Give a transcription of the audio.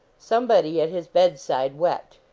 somebody at his bedside wept.